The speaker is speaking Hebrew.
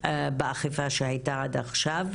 באכיפה שהייתה עד עכשיו,